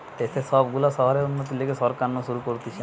দেশের সব গুলা শহরের উন্নতির লিগে সরকার নু শুরু করতিছে